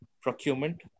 procurement